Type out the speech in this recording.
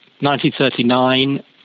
1939